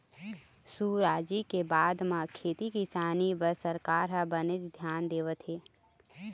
सुराजी के बाद म खेती किसानी बर सरकार ह बनेच धियान देवत हे